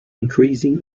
increasing